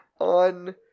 on